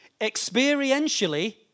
Experientially